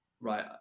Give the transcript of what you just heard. right